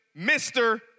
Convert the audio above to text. Mr